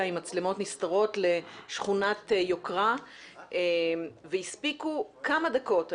עם מצלמות נסתרות לשכונת יוקרה והספיקו כמה דקות,